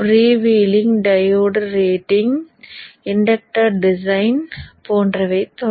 freewheeling diode rating inductor design போன்றவை தொடரும்